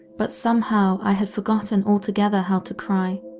but somehow i had forgotten altogether how to cry.